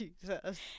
Jesus